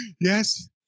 yes